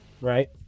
right